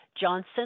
Johnson